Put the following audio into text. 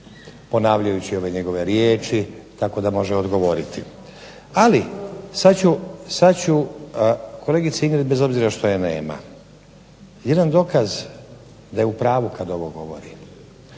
ponavljajući ove njegove riječi, tako da može odgovoriti. Ali sad ću kolegici Ingrid, bez obzira što je nema, jedan dokaz da je u pravu kad ovo govori.